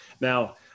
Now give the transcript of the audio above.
Now